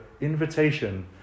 invitation